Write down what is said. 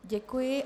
Děkuji.